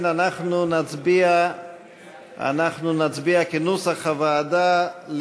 אנחנו נצביע כנוסח הוועדה.